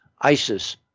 Isis